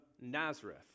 Nazareth